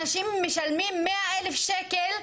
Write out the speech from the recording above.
אנשים משלמים 100 אלף שקלים,